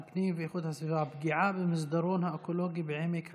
הפגיעה במסדרון האקולוגי בעמק הצבאים.